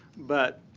but